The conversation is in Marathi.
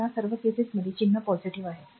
तर या सर्व प्रकरणांचे चिन्ह सकारात्मक आहे